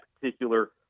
particular